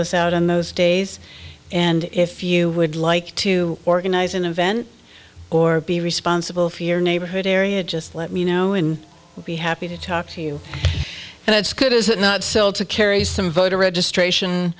us out on those days and if you would like to organize an event or be responsible for your neighborhood area just let me know in would be happy to talk to you and it's good is it not sell to carry some voter registration